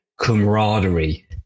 camaraderie